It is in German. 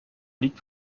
liegt